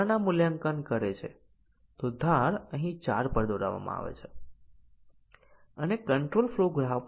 અને એ જ રીતે જો a 30 સાચું છે તો પછી નિર્ણયનું પરિણામ બીજી કન્ડીશન પર શું છે તે ધ્યાનમાં લીધા વગર છે